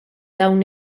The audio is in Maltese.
dawn